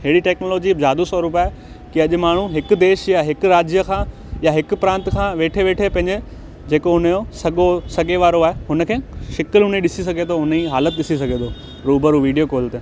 अहिड़ी टेक्नोलॉजी जादू स्वरूप आहे की अॼ माण्हू हिक देश या हिक राज्य खां या हिक प्रांत खां वेठे वेठे पंहिंजे जेको हुनजो सॻो सॻे वारो आहे हुनखे शिकिल हुनजी ॾिसी सघे थो हुनजी हालतु ॾिसी सघे थो रुबरू वीडियो कॉल ते